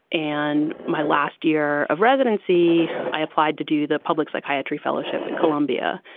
and my last year of residency, i applied to do the public psychiatry fellowship at columbia,